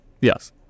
Yes